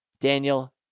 Daniel